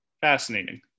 Fascinating